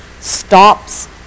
stops